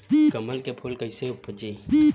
कमल के फूल कईसे उपजी?